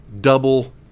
double